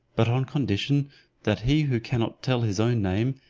but on condition that he who cannot tell his own name,